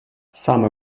саме